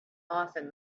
often